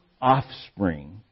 offspring